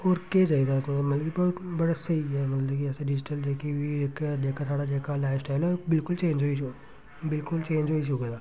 होर केह् चाहिदा मतलब कि बड़ा स्हेई ऐ मतलब कि असें डिजीटल जेह्की बी इक जेह्का साढ़ा जेह्का लाइफ स्टाइल ओह् बिलकुल चेंज बिलकुल चेंज होई चुके दा ऐ